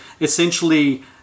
Essentially